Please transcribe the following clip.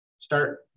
Start